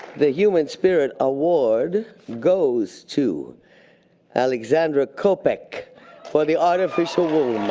the human spirit award goes to alexandra kopec for the artificial